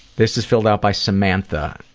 this is filled out by samantha.